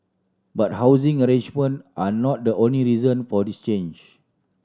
but housing arrangement are not the only reason for this change